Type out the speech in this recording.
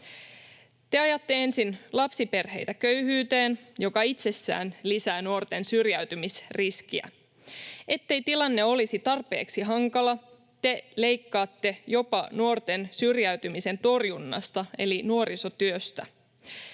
Te ajatte ensin lapsiperheitä köyhyyteen, joka itsessään lisää nuorten syrjäytymisriskiä. Ettei tilanne olisi tarpeeksi hankala, te leikkaatte jopa nuorten syrjäytymisen torjunnasta eli nuorisotyöstä.